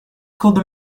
called